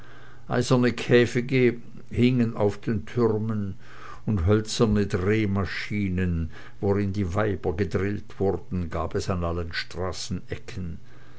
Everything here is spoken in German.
eiserne käfige hingen auf den türmen und hölzerne drehmaschinen worin die weiber gedrillt wurden gab es an allen straßenecken